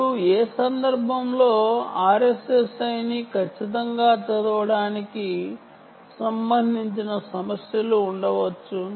అప్పుడు ఏ సందర్భంలో RSSI ని ఖచ్చితంగా చదవడానికి సంబంధించిన సమస్యలు ఉండవచ్చు